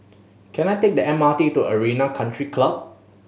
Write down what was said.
can I take the M R T to Arena Country Club